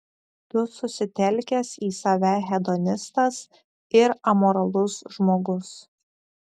tu susitelkęs į save hedonistas ir amoralus žmogus